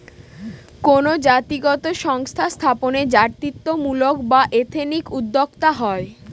কোনো জাতিগত সংস্থা স্থাপনে জাতিত্বমূলক বা এথনিক উদ্যোক্তা হয়